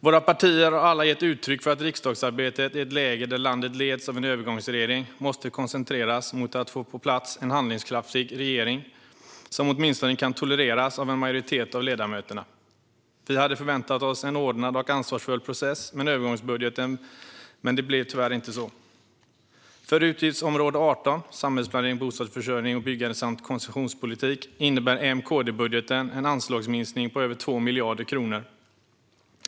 Våra partier har alla gett uttryck för att riksdagsarbetet i ett läge där landet leds av en övergångsregering måste koncentreras mot att få på plats en handlingskraftig regering som åtminstone kan tolereras av en majoritet av ledamöterna. Vi hade förväntat oss en ordnad och ansvarsfull process med övergångsbudgeten, men det blev tyvärr inte så. För utgiftsområde 18 Samhällsplanering, bostadsförsörjning och byggande samt konsumentpolitik innebär M-KD-budgeten en anslagsminskning på över 2 miljarder kronor.